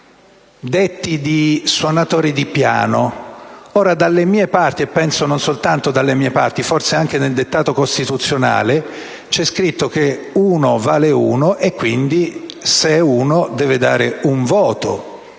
detti di suonatori di piano: dalle mie parti - e non soltanto: forse anche nel dettato costituzionale - c'è scritto che uno vale uno, quindi se è uno deve dare un voto,